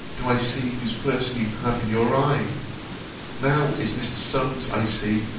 do i see whose person you have in your eye now is mr. solmes, i see,